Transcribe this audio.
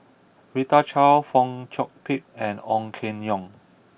Rita Chao Fong Chong Pik and Ong Keng Yong